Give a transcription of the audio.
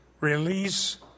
release